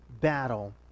battle